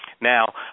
Now